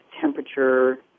temperature